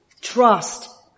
trust